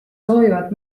soovivad